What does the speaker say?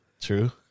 True